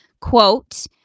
quote